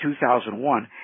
2001